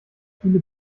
viele